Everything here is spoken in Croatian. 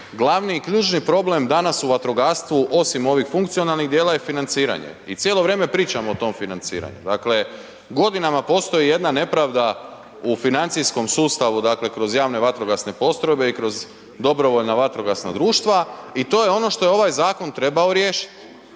glavni i ključni problem danas u vatrogastvu osim ovih funkcionalnih djela je financiranje i cijelo vrijeme pričamo o tom financiranju. Dakle godinama postoji jedna nepravda u financijskom sustavu kroz javne vatrogasne postrojbe i kroz DVD-e i to je ono što je ovaj zakon trebao riješit.